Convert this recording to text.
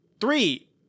Three